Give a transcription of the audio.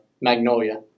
magnolia